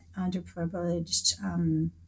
underprivileged